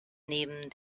neben